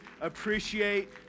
appreciate